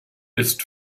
ist